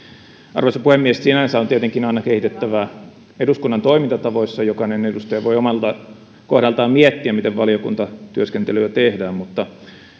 arvoisa puhemies sinänsä on tietenkin aina kehitettävää eduskunnan toimintatavoissa jokainen edustaja voi omalta kohdaltaan miettiä miten valiokuntatyöskentelyä tehdään